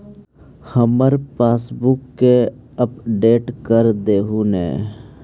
हमार पासबुकवा के अपडेट कर देहु ने?